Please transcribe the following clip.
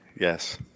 yes